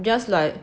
just like